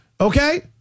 Okay